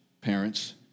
parents